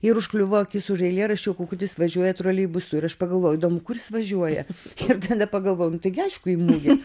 ir užkliuvo akis už eilėraščio kukutis važiuoja troleibusu ir aš pagalvojau įdomu kur jis važiuoja ir tada pagalvojau nu taigi aišku į mugę